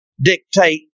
dictate